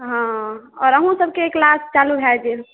हँ आओर अहुँसबके क्लास चालू भए गेल